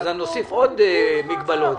בבקשה.